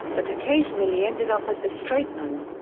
but occasionally ended up as the straightman.